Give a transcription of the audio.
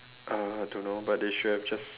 uh don't know but they should have just